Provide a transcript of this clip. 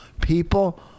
People